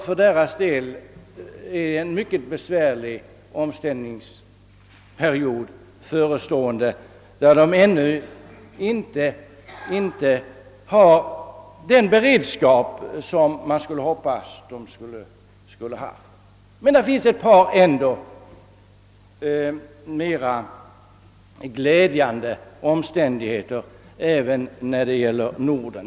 För deras del är en mycket besvärlig omställningsperiod förestående. De har ännu inte den beredskap som man skulle hoppas att de haft. Men det finns ändå ett par mera glädjande omständigheter även när det gäller Norden.